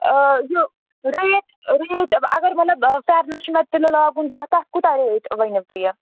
یہِ rate rate اَگر مطلب فٮ۪رنَس چھُ مےٚ تِلہٕ لاگُن تہٕ تَتھ کوٗتاہ ریٹ ؤنِو تُہۍ یہِ